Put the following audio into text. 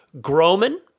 Groman